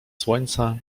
słońca